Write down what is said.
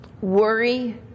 worry